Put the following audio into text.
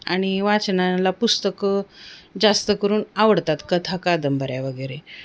आणि वाचनाला पुस्तकं जास्त करून आवडतात कथा कादंबऱ्या वगैरे